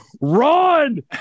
run